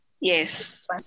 Yes